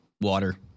water